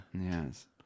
Yes